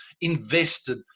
invested